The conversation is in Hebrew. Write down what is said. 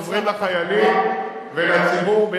אנחנו עוזרים לחיילים ולציבור.